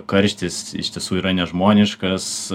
karštis iš tiesų yra nežmoniškas